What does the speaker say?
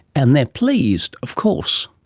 and they're pleased of course.